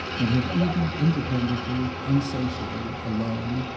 and had even independently, unsociably, alone,